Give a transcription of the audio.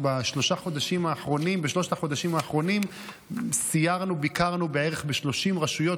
בשלושת החודשים האחרונים ביקרנו בערך ב-30 רשויות,